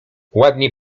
ładnie